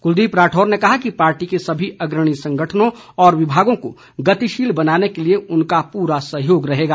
कुलदीप राठौर ने कहा कि पार्टी के सभी अग्रणी संगठनों और विभागों को गतिशील बनाने के लिए उनका पूरा सहयोग रहेगा